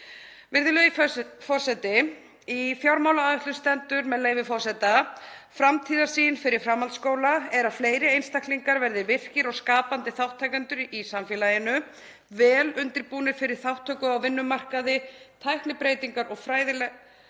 Virðulegi forseti. Í fjármálaáætlun stendur, með leyfi forseta: „Framtíðarsýn fyrir framhaldsskóla er að fleiri einstaklingar verði virkir og skapandi þátttakendur í samfélaginu, vel undirbúnir fyrir þátttöku á vinnumarkaði, tæknibreytingar og fræðilegt